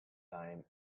time